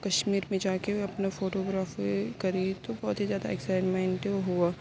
کشمیر میں جا کے اپنا فوٹو گرافی کری تو بہت ہی زیادہ اکسائٹمنٹ ہُوا